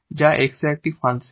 যা X এর একটি ফাংশন